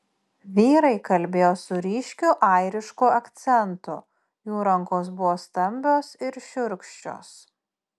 vyrai kalbėjo su ryškiu airišku akcentu jų rankos buvo stambios ir šiurkščios